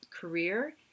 career